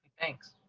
thanks.